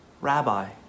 rabbi